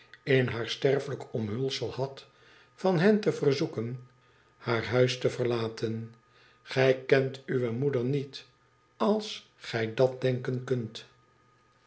in haar sterfelijk omhulsel had van hen te verzoeken haar huis te verlaten i gij kent uwe moeder niet als gij dt denken kunt